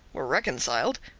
were reconciled,